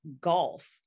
golf